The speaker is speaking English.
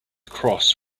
cross